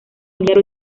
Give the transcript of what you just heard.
hierro